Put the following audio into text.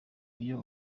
iyo